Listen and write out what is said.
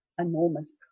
enormous